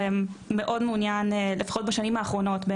שמאוד מעוניין לפחות בשנים האחרונות,